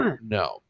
No